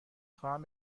خواهم